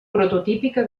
prototípica